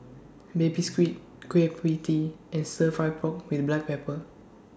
Baby Squid Kueh PIE Tee and Stir Fry Pork with Black Pepper